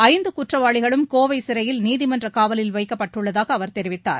ஐந்து குற்றவாளிகளும் கோவை சிறையில் நீதிமன்ற காவலில் வைக்கப்பட்டுள்ளதாக அவர் தெரிவித்தார்